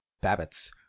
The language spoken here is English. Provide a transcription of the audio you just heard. babbitts